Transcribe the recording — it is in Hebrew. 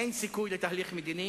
אין סיכוי לתהליך מדיני.